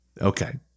Okay